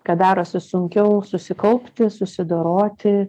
kad darosi sunkiau susikaupti susidoroti